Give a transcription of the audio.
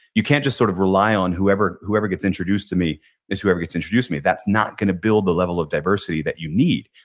you can't just sort of rely on whoever whoever gets introduced to me is whoever gets introduced to me. that's not going to build the level of diversity that you need.